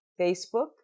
Facebook